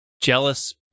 jealous